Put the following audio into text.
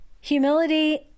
Humility